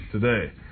today